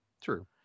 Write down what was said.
True